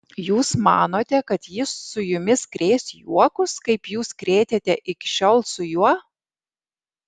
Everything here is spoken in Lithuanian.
jūs manote kad jis su jumis krės juokus kaip jūs krėtėte iki šiol su juo